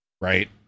right